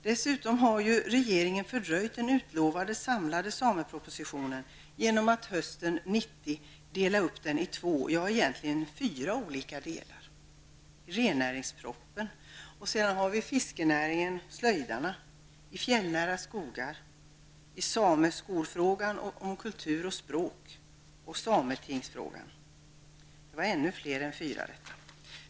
Dessutom har regeringen fördröjt den utlovade samlade samepropositionen genom att hösten 1990 dela upp den i två, ja egentligen fyra olika delar: rennäringen, fiskenäringen, slöjdarna, de fjällnära skogarna, sameskolfrågan, samernas kultur och språk samt sametingsfrågan -- ja, det blev ännu fler än fyra delar.